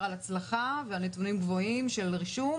על הצלחה ועל נתונים גבוהים של רישום,